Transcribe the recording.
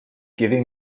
giving